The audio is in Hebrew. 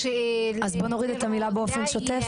יש --- אז בואו נוריד את המילים "באופן שוטף"?